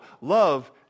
love